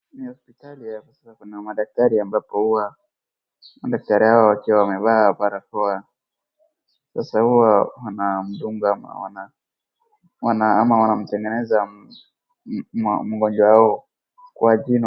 Ni hospitali. Hapo sasa kuna madaktari ambapo huwa madaktari hawa wakiwa wamevaa barakoa. Sasa huwa wanamdunga ama wanamtengeneza mgonjwa wao kwa jino.